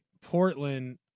Portland